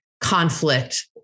conflict